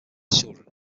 children